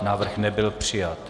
Návrh nebyl přijat.